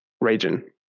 region